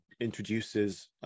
introduces